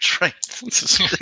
right